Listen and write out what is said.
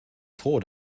froh